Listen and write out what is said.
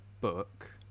book